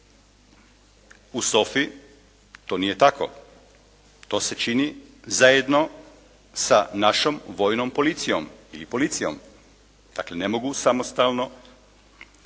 U SOFA-i to nije tako. To se čini zajedno sa našom vojnom policijom ili policijom. Dakle ne mogu samostalno